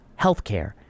healthcare